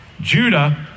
Judah